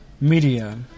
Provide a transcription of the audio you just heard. media